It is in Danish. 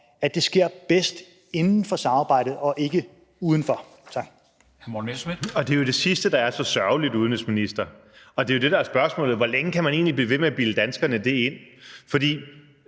13:22 Morten Messerschmidt (DF): Det er jo det sidste, der er så sørgeligt, udenrigsminister, og det er jo det, der er spørgsmålet: Hvor længe kan man egentlig blive ved med at bilde danskerne det ind? For i